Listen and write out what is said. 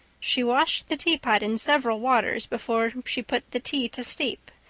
she washed the teapot in several waters before she put the tea to steep.